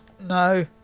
No